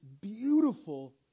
beautiful